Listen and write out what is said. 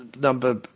number